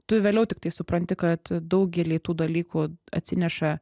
tu vėliau tiktai supranti kad daugelį tų dalykų atsineša